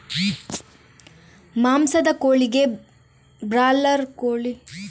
ಮಾಂಸದ ಕೋಳಿಗೆ ಬ್ರಾಲರ್ ಕೋಳಿ ಬಿಟ್ರೆ ಬೇರೆ ಯಾವ ಕೋಳಿಯಿದೆ?